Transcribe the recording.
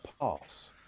pass